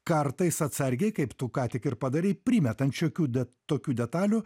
kartais atsargiai kaip tu ką tik ir padarei primetant šiokių tokių detalių